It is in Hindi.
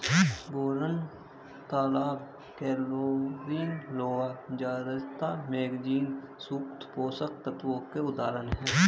बोरान, तांबा, क्लोरीन, लोहा, जस्ता, मैंगनीज सूक्ष्म पोषक तत्वों के उदाहरण हैं